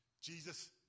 jesus